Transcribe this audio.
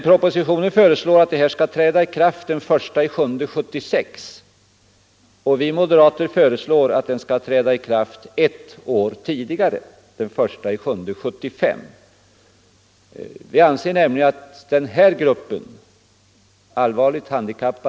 Propositionen föreslår att dessa bestämmelser skall träda i kraft den 1 juli 1976, medan vi moderater föreslår att de skall träda i kraft ett år tidigare, dvs. den 1 juli 1975.